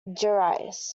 gerais